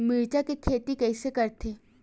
मिरचा के खेती कइसे करथे?